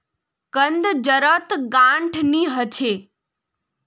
कंद जड़त गांठ नी ह छ